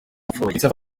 upfuye